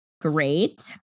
great